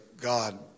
God